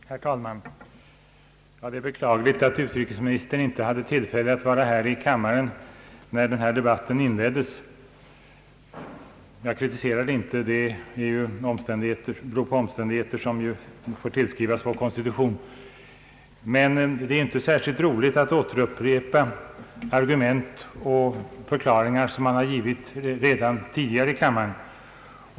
Herr talman! Det är beklagligt att utrikesministern inte hade tillfälle att vara här i kammaren när den här debatten inleddes. Jag kritiserar det inte, det beror ju på omständigheter som får tillskrivas vår konstitution. Men det är inte särskilt roligt att upprepa argument och förklaringar som man redan tidigare har givit i kammaren.